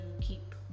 keep